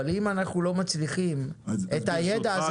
אבל אנחנו לא מצליחים את הידע הזה